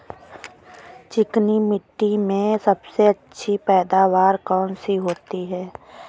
चिकनी मिट्टी में सबसे अच्छी पैदावार कौन सी होती हैं?